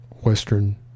Western